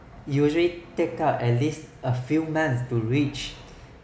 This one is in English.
usually take up at least a few months to reach